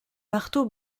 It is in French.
marteau